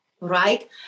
right